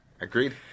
agreed